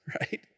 right